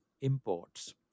imports